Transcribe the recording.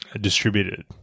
distributed